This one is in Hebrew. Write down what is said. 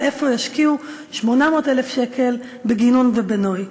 איפה ישקיעו 800,000 שקל בגינון ובנוי.